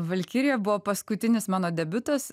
valkirija buvo paskutinis mano debiutas